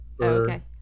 Okay